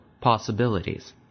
possibilities